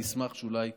אני אשמח שאולי נצליח.